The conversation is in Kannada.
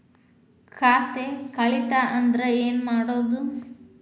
ಖಾತೆ ಕಳಿತ ಅಂದ್ರೆ ಏನು ಮಾಡೋದು?